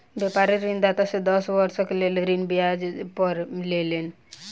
व्यापारी ऋणदाता से दस वर्षक लेल ऋण ब्याज पर लेलैन